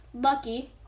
Lucky